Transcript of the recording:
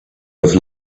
have